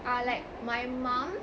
ah like my mum